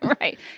Right